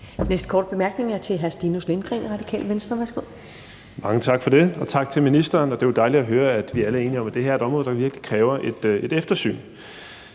Næste korte bemærkning er til hr. Stinus Lindgreen, Radikale Venstre. Værsgo. Kl. 15:48 Stinus Lindgreen (RV): Mange tak for det, og tak til ministeren. Det er jo dejligt at høre, at vi alle er enige om, at det her er et område, der virkelig kræver et eftersyn.